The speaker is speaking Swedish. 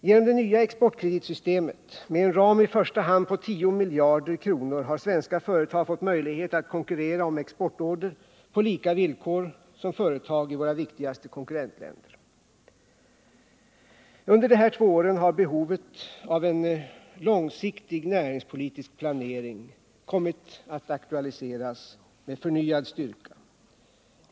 Genom det nya exportkreditsystemet med en ram i första hand på 10 miljarder kronor har svenska företag fått möjlighet att konkurrera med exportorder på samma villkor som företag i våra viktigaste konkurrentländer. Under de här två åren har behovet av en långsiktig näringspolitisk planering aktualiserats med förnyad styrka.